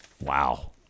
Wow